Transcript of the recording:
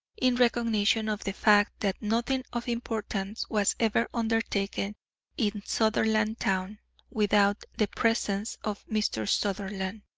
in recognition of the fact that nothing of importance was ever undertaken in sutherlandtown without the presence of mr. sutherland.